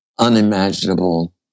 unimaginable